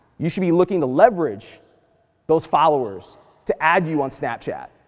you should be looking to leverage those followers to add you on snapchat,